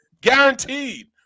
Guaranteed